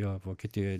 jo vokietijoj